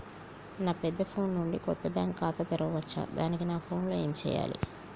నా పెద్ద ఫోన్ నుండి కొత్త బ్యాంక్ ఖాతా తెరవచ్చా? దానికి నా ఫోన్ లో ఏం చేయాలి?